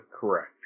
correct